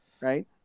right